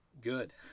good